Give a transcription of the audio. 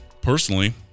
Personally